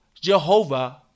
Jehovah